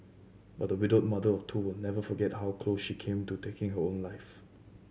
but the widowed mother of two will never forget how close she came to taking her own life